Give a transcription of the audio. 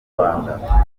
rwanda